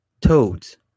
Toads